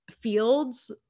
fields